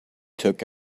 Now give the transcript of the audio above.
took